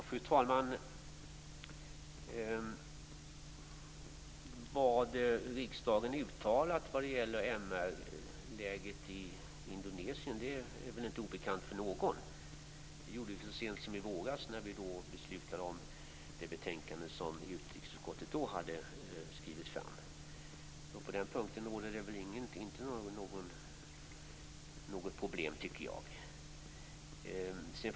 Fru talman! Vad riksdagen uttalat om MR-läget i Indonesien är väl inte obekant för någon. Det gjorde vi så sent som vi våras när riksdagen beslutade om det betänkande som utrikesutskottet då hade skrivit. Jag tycker inte att det är något problem på den punkten.